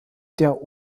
der